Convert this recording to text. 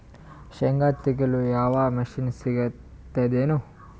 ಶೇಂಗಾ ತೆಗೆಯಲು ಯಾವರ ಮಷಿನ್ ಸಿಗತೆದೇನು?